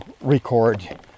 record